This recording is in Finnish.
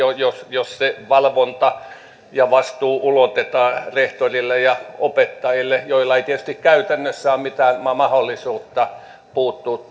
jos se valvonta ja vastuu ulotetaan rehtorille ja opettajille joilla ei tietysti käytännössä ole mitään mahdollisuutta puuttua